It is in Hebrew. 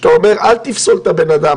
שאתה אומר 'אל תפסול את האדם,